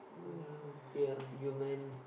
mmhmm ya human